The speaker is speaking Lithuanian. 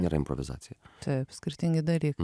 yra improvizacija taip skirtingi dalykai